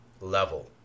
level